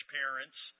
parents